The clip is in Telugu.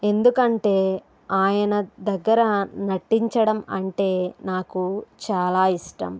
ఎందుకంటే ఆయన దగ్గర నటించడం అంటే నాకు చాలా ఇష్టం